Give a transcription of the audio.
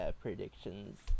predictions